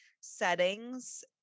settings